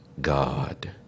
God